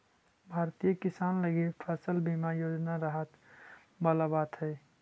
भारतीय किसान लगी फसल बीमा योजना राहत वाला बात हइ